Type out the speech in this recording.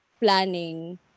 planning